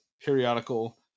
periodical